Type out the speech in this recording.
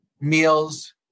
Meals